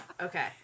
Okay